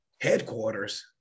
headquarters